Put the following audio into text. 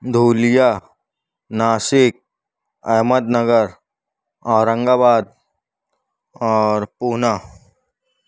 Dhulia Nashik Ahmednagar Aurangabad اور پونا